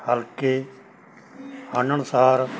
ਹਲਕੇ ਹੰਢਣ ਅਨੁਸਾਰ